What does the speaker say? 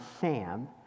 Sam